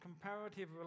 comparative